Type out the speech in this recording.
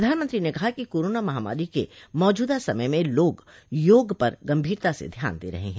प्रधानमंत्री ने कहा कि कोरोना महामारी के मौजूदा समय में लोग योग पर गंभीरता से ध्यान दे रहे हैं